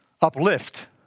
Uplift